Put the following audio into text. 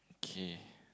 okay